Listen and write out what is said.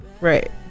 Right